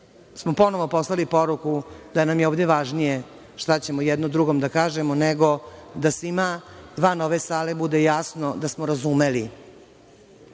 smo ponovo poslali poruku - da nam je ovde važnije šta ćemo jedni drugima da kažemo, nego da svima van ove sale bude jasno da smo razumeli